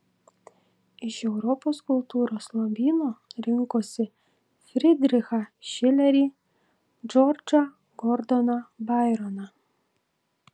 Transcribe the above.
iš europos kultūros lobyno rinkosi fridrichą šilerį džordžą gordoną baironą